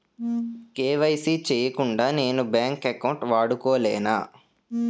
KYC చేయకుండా నేను bank account వాడుకొలేన?